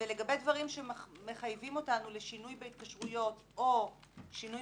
לגבי דברים שמחייבים אותנו לשינוי בהתקשרויות או שינוי